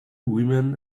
women